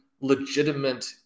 legitimate